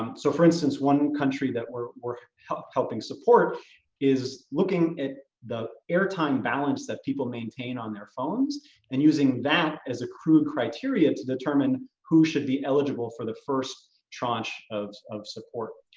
um so for instance, one country that we're we're helping helping support is looking at the airtime balance that people maintain on their phones and using that as a crew criteria to determine who should be eligible for the first tranche of of support.